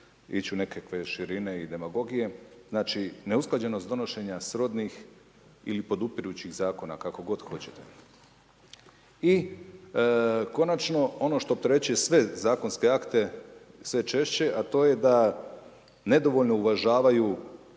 ići u neke širine i demagogije, znači neusklađenost donošenja srodnih ili podupirućih zakona, kako god hoćete. I konačno, ono što opterećuje sve zakonske akte sve češće a to je da nedovoljno uvažavaju